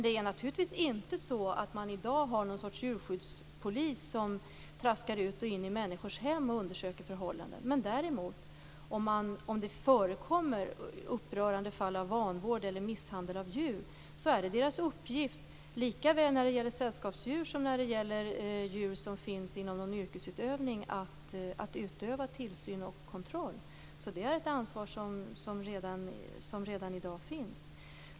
Det är naturligtvis inte så att man i dag har någon sorts djurskyddspolis som traskar ut och in i människors hem och undersöker förhållanden. Om det förekommer upprörande fall av vanvård eller misshandel av djur är det däremot deras uppgift, såväl när det gäller sällskapsdjur som när det gäller djur som finns i någon yrkesutövning, att utöva tillsyn och kontroll. Det är ett ansvar som redan i dag finns.